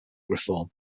reform